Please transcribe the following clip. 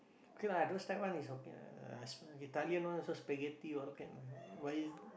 K lah those type one is okay lah sp~ Italian one also spaghetti all can but if